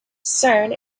cern